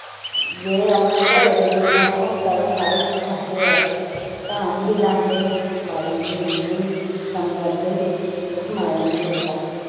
जे अपने घरै दा जिन्ना होंदा ना सारा किश खंदे अस धान बी लांदे हे बाड़ीं च बी ते इयां बी कम्म करदे हे किश माड़ा नि लगदा हा